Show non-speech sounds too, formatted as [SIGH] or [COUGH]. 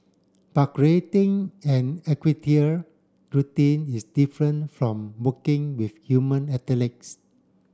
but creating an [UNINTELLIGIBLE] routine is different from working with human athletes